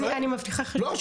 אני מבטיחה לך--- לא,